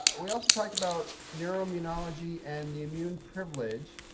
we also talked about neuro immunology and the immune privilege.